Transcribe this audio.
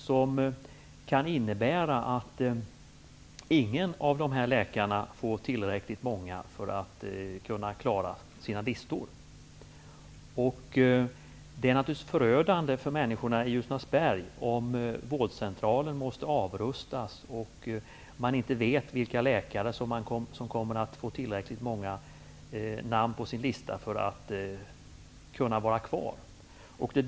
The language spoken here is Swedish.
Detta kan innebära att ingen av dessa läkare får tillräckligt många namn för att fylla sin lista. Det är naturligtvis förödande för människorna i Ljusnarsberg om vårdcentralen måste läggas ned och man inte vet vilka läkare som kommer att få tillräckligt många namn på sina listor för att kunna vara kvar.